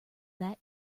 that